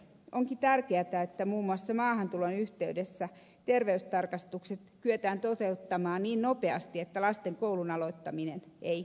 onkin tärkeätä että muun muassa maahantulon yhteydessä terveystarkastukset kyetään toteuttamaan niin nopeasti että lasten koulun aloittaminen ei viivästy